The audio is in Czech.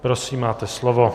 Prosím, máte slovo.